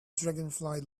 dragonfly